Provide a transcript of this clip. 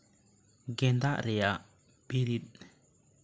ᱜᱮᱫᱟᱜ ᱨᱮᱭᱟᱜ ᱵᱤᱨᱤᱫ